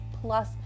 plus